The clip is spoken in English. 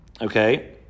Okay